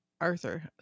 Arthur